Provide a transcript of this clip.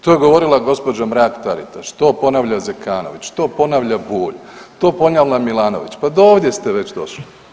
To je govorila gđa. Mrak-Taritaš, to ponavlja Zekanović, to ponavlja Bulj, to ponavlja Milanović, pa do ovdje ste već došli.